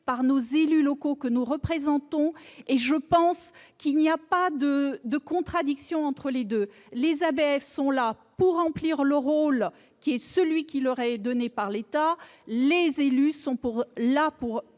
par les élus locaux que nous représentons ? Je pense qu'il n'y a pas de contradiction entre les deux : les ABF sont là pour remplir leur rôle, qui leur est confié par l'État ; les élus sont là pour